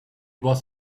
was